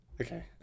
Okay